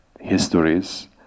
histories